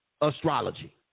astrology